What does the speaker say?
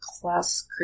class